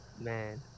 Man